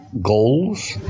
goals